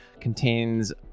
Contains